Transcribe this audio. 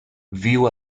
viu